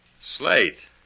Slate